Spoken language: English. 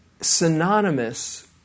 Synonymous